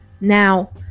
Now